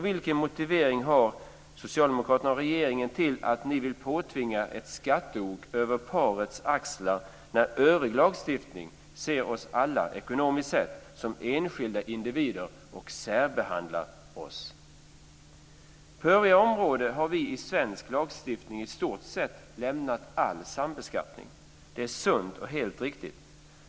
Vilken motivering har socialdemokraterna och regeringen till att ni vill påtvinga ett skatteok över parets axlar när övrig lagstiftning ser oss alla, ekonomiskt sett, som enskilda individer och särbehandlar oss? På övriga områden har vi i svensk lagstiftning i stort sett lämnat all sambeskattning. Detta är sunt och helt riktigt.